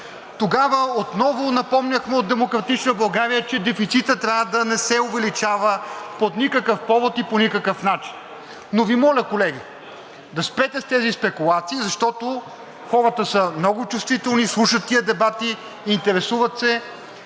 Тогава отново напомняхме от „Демократична България“, че дефицитът трябва да не се увеличава по никакъв повод и по никакъв начин. Но Ви моля, колеги, да спрете с тези спекулации, защото хората са много чувствителни и слушат тези дебати, интересуват се,